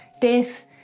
death